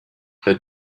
that